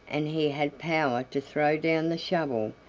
and he had power to throw down the shovel,